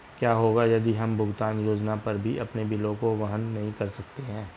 क्या होगा यदि हम भुगतान योजना पर भी अपने बिलों को वहन नहीं कर सकते हैं?